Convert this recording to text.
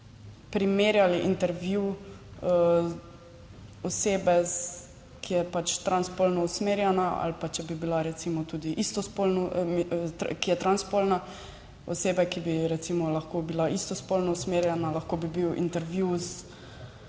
primerjali intervju osebe, ki je pač transspolno usmerjena, ali pa če bi bila recimo tudi istospolno, ki je transspolna, osebe, ki bi recimo lahko bila istospolno usmerjena, lahko bi bil intervju z